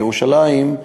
ירושלים,